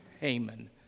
Haman